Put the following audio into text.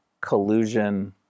collusion